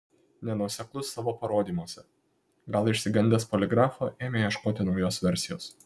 nenuoseklus savo parodymuose gal išsigandęs poligrafo ėmė ieškoti naujos versijos